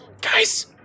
guys